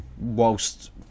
whilst